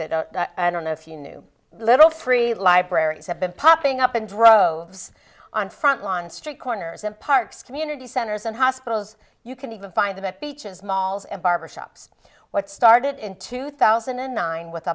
that i don't know if you knew little free libraries have been popping up and drove on front lawn street corners in parks community centers and hospitals you can even find them at beaches malls and barber shops what started in two thousand and nine with